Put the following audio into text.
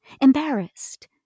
embarrassed